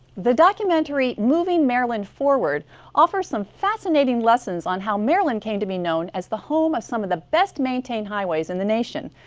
the documentary moving maryland forward offers some fascinating lessons on how maryland came to be known as the home of some of the best maintained highways in the nation.